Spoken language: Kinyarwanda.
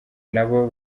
nabo